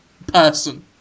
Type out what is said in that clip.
Person